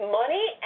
money